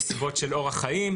הרווחה.